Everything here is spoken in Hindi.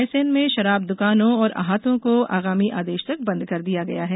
रायसेन में शराब दुकानों और आहातों को आगामी आदेश तक बंद कर दिया गया है